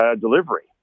delivery